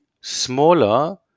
smaller